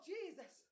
Jesus